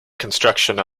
construction